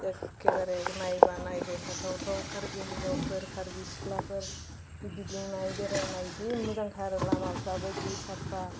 एख्खेबारे नायबा नायबायथा थावथाव कार्बि हिनजावफोर कार्बि सिख्लाफोर गिदिंनाय बेरायनाय जि मोजांथार लामाफ्राबो जि साफा